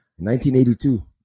1982